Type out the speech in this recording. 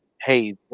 hey